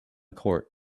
court